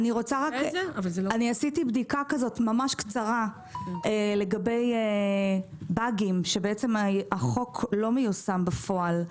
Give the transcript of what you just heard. עשיתי בדיקה קצרה ממש לגבי באגים שהחוק לא מיושם בפועל.